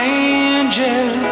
angel